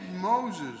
Moses